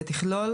ותכלול